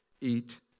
eat